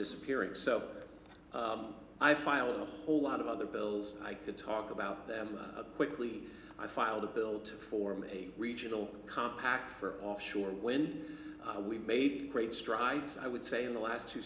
disappearing so i filed a whole lot of other bills i could talk about them quickly i filed a bill to form a regional compact for offshore wind we made great strides i would say in the last two